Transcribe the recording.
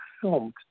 filmed